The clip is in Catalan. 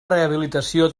rehabilitació